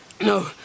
No